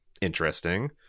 Interesting